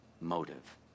motive